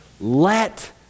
let